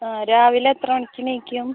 ആ രാവിലെ എത്ര മണിക്കെണീക്കും